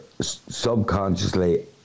subconsciously